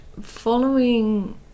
following